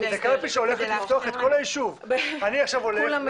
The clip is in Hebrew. כל אחד